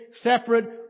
separate